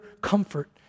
comfort